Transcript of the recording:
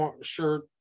Shirt